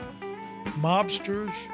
mobsters